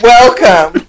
Welcome